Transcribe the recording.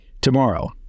Tomorrow